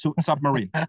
submarine